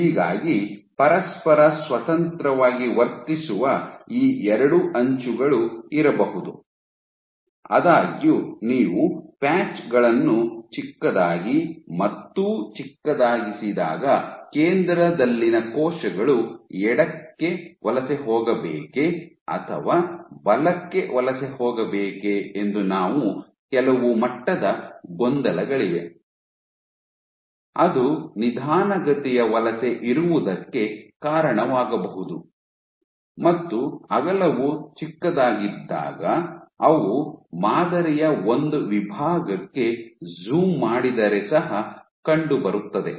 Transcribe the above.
ಹೀಗಾಗಿ ಪರಸ್ಪರ ಸ್ವತಂತ್ರವಾಗಿ ವರ್ತಿಸುವ ಈ ಎರಡು ಅಂಚುಗಳು ಇರಬಹುದು ಆದಾಗ್ಯೂ ನೀವು ಪ್ಯಾಚ್ ಗಳನ್ನು ಚಿಕ್ಕದಾಗಿ ಮತ್ತೂ ಚಿಕ್ಕದಾಗಿಸಿದಾಗ ಕೇಂದ್ರದಲ್ಲಿನ ಕೋಶಗಳು ಎಡಕ್ಕೆ ವಲಸೆ ಹೋಗಬೇಕೆ ಅಥವಾ ಬಲಕ್ಕೆ ವಲಸೆ ಹೋಗಬೇಕೆ ಎಂದು ಕೆಲವು ಮಟ್ಟದ ಗೊಂದಲಗಳಿವೆ ಅದು ನಿಧಾನಗತಿಯ ವಲಸೆ ಇರುವುದಕ್ಕೆ ಕಾರಣವಾಗಬಹುದು ಮತ್ತು ಅಗಲವು ಚಿಕ್ಕದಾಗಿದ್ದಾಗ ಅವು ಮಾದರಿಯ ಒಂದು ವಿಭಾಗಕ್ಕೆ ಜೂಮ್ ಮಾಡಿದರೆ ಸಹ ಕಂಡುಬರುತ್ತದೆ